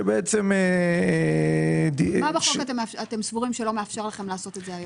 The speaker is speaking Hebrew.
שבעצם --- מה בחוק אתם סבורים שלא מאפשר לכם לעשות את זה היום?